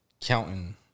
Counting